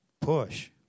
Push